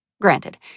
Granted